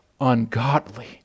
ungodly